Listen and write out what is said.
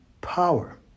power